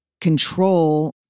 control